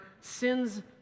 sin's